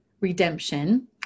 redemption